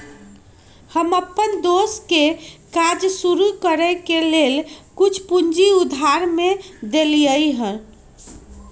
हम अप्पन दोस के काज शुरू करए के लेल कुछ पूजी उधार में देलियइ हन